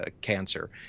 cancer